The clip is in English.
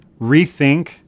rethink